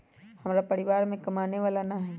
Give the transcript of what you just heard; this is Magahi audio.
हमरा परिवार में कमाने वाला ना है?